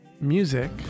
music